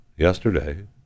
yesterday